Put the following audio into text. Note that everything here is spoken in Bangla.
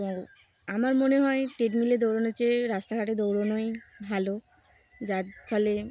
এবং আমার মনে হয় ট্রেডমিলে দৌড়নেরোর চেয়ে রাস্তাঘাটে দৌড়নোই ভালো যার ফলে